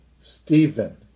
Stephen